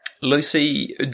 Lucy